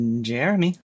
Jeremy